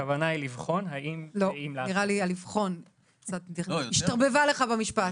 הכוונה היא לבחון אם --- נראה לי שהמילה לבחון השתרבבה לך במשפט.